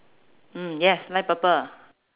mm yes light purple